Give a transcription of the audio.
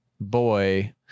boy